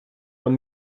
man